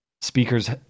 speakers